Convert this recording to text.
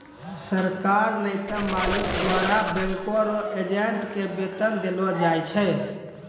सरकार नै त मालिक द्वारा बैंक रो एजेंट के वेतन देलो जाय छै